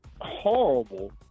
horrible